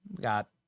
got